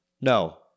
No